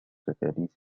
تكاليف